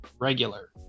regular